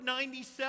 97